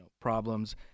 problems